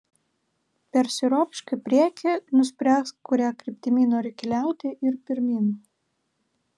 persiropšk į priekį nuspręsk kuria kryptimi nori keliauti ir pirmyn